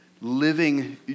living